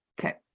Okay